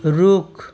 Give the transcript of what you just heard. रुख